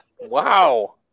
Wow